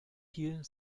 hier